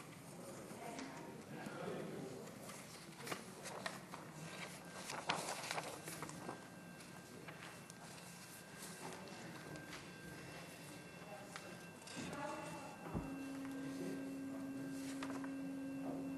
חבר הכנסת דב